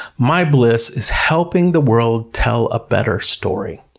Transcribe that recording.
my bliss is helping the world tell a better story.